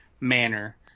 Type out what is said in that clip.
manner